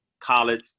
college